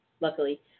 Luckily